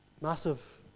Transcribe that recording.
massive